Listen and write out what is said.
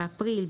באפריל,